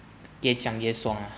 给讲也爽 ah